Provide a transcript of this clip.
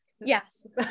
yes